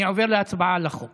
אני עובר להצבעה על הצעת החוק